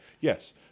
yes